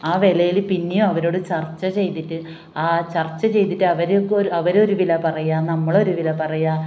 ആ വിലയിൽ പിന്നെയും അവരോട് ചർച്ച ചെയ്തിട്ട് ആ ചർച്ച ചെയ്തിട്ട് അവർക്കൊരു അവരൊരു വില പറയുക നമ്മളൊരു വില പറയുക